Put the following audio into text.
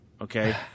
Okay